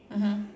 mmhmm